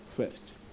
first